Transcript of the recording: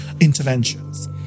interventions